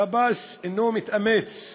שב"ס אינו מתאמץ,